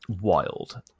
wild